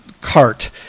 cart